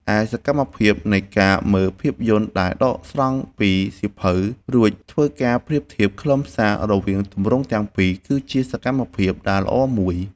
ឯសកម្មភាពនៃការមើលភាពយន្តដែលដកស្រង់ពីសៀវភៅ រួចធ្វើការប្រៀបធៀបខ្លឹមសាររវាងទម្រង់ទាំងពីរ គឺជាសកម្មភាពដែលល្អមួយ។